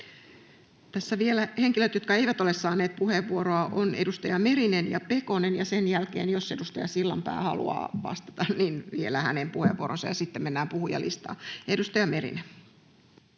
Vielä henkilöt, jotka eivät ole saaneet puheenvuoroa — nämä ovat edustajat Merinen ja Pekonen — ja sen jälkeen, jos edustaja Sillanpää haluaa vastata, vielä hänen puheenvuoronsa. Sitten mennään puhujalistaan. — Edustaja Merinen.